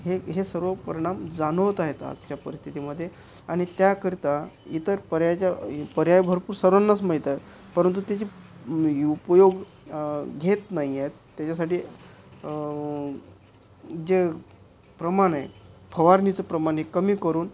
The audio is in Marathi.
हे सर्व परिणाम जाणवत आहेत आज त्या परिस्थितीमध्ये आणि त्याकरिता इतर पारियाचा पर्याय भरपूर सर्वानाच माहीत आहेत परंतु ते जे उपयोग घेत नाही आहेत त्याच्यासाठी जे प्रमाण आहे फवारणीचे प्रमाण हे कमी करून